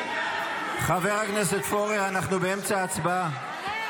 חבר הכנסת פורר, אנחנו באמצע הצבעה.